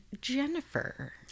jennifer